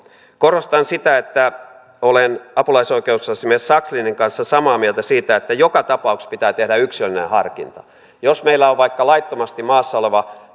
korostan sitä että olen apulaisoikeusasiamies sakslinin kanssa samaa mieltä siitä että joka tapauksessa pitää tehdä yksilöllinen harkinta jos meillä on vaikka laittomasti maassa oleva